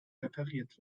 repariert